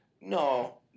no